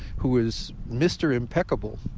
who is mr. impeccable,